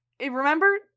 Remember